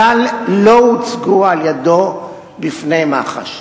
כלל לא הוצגו על-ידו בפני מח"ש.